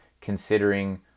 considering